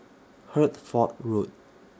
Hertford Road